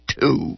two